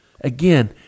Again